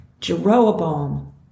Jeroboam